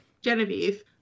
Genevieve